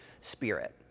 spirit